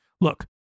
Look